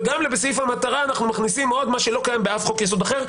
וגם בסעיף המטרה אנחנו מכניסים עוד מה שלא קיים באף חוק-יסוד אחר,